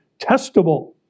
testable